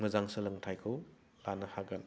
मोजां सोलोंथाइखौ लानो हागोन